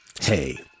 Hey